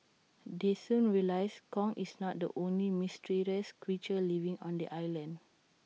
they soon realise Kong is not the only mysterious creature living on the island